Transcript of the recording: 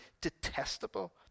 detestable